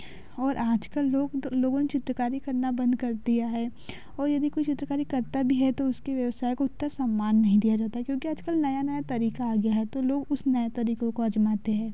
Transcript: आज कल लोग तो लोगों ने चित्रकारी करना बंद कर दिया है और यदि कोई चित्रकारी करता भी है तो उसकी व्यवसाय को उतना साम्म नहीं दिया जाता है क्योंकि आज कल नए नए तरीका आ गया है तो लोग उस नए तरीकों को अपनाते हैं